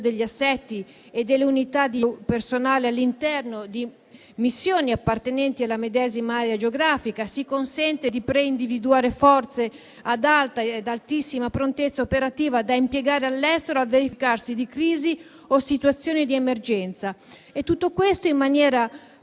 degli assetti e delle unità di personale all'interno di missioni appartenenti alla medesima area geografica. Si consente di pre-individuare forze ad alta e altissima prontezza operativa da impiegare all'estero al verificarsi di crisi o situazioni di emergenza, e tutto questo in maniera